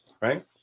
right